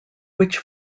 which